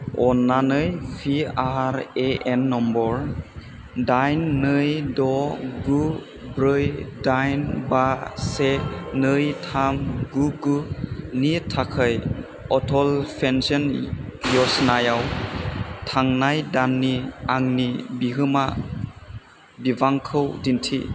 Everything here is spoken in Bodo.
अननानै पिआरएएन नम्बर दाइन नै द' गु ब्रै दाइन बा से नै थाम गु गुनि थाखाय अटल पेन्सन यजनायाव थांनाय दाननि आंनि बिहोमा बिबांखौ दिन्थि